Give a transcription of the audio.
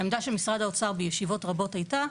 העמדה של משרד האוצר בישיבות רבות הייתה,